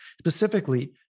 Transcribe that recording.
Specifically